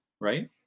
right